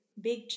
big